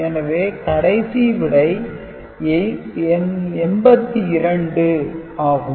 எனவே கடைசி விடை 82 ஆகும்